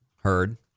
Heard